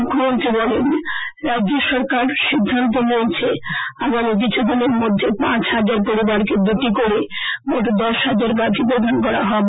মুখ্যমন্ত্রী বলেন রাজ্য সরকার সিদ্ধান্ত নিয়েছে আগামী কিছুদিনের মধ্যে পাঁচ হাজার পরিবারকে দুটি করে মোট দশ হাজার গাভি প্রদান করা হবে